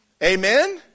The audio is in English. Amen